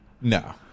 No